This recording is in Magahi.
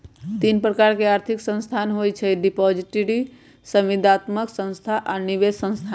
तीन प्रकार के आर्थिक संस्थान होइ छइ डिपॉजिटरी, संविदात्मक संस्था आऽ निवेश संस्थान